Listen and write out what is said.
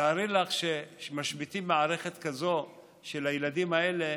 תארי לך שמשביתים מערכת כזאת של הילדים האלה,